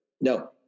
no